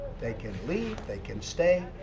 they can leave. they can stay.